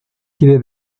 quiere